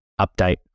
update